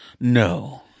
No